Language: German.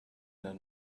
einer